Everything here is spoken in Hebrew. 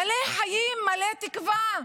מלא חיים, מלא תקווה.